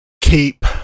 keep